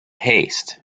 haste